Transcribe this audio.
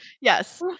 Yes